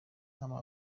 inama